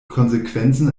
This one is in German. konsequenzen